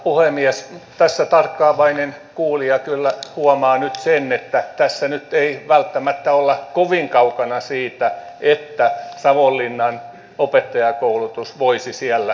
tässä tarkkaavainen kuulija kyllä huomaa nyt sen että tässä nyt ei välttämättä olla kovin kaukana siitä että savonlinnan opettajankoulutus voisi siellä jatkua